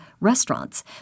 restaurants